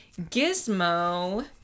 Gizmo